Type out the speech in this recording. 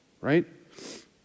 Right